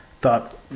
thought